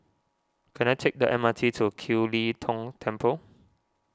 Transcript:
can I take the M R T to Kiew Lee Tong Temple